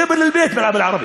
ג'בל אל-בית בערבית.